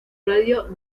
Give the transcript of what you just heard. radio